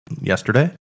yesterday